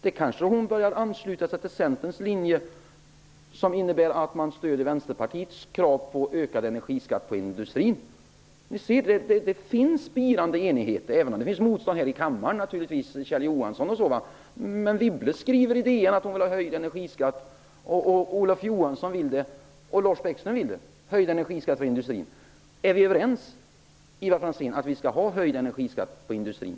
Hon kanske börjar ansluta sig till Centerns linje, som innebär att man stöder Vänsterpartiets krav på ökad energiskatt inom industrin. Det finns spirande enighet, även om det finns motståndare i kammaren, som Kjell Johansson. Men Wibble skriver i DN att hon vill ha höjd energiskatt. Olof Johansson vill det, och Lars Bäckström vill det. Är vi överens om att vi skall ha höjd energiskatt för industrin?